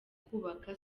kubaka